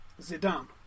Zidane